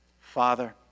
Father